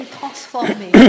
transformer